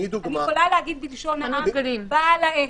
למשל, בעל העסק.